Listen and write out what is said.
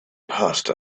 passed